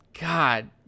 god